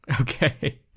Okay